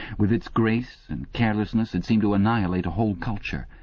with its grace and carelessness it seemed to annihilate a whole culture,